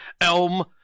Elm